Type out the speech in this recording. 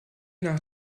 nach